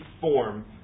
form